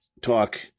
talk